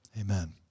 Amen